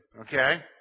okay